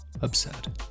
absurd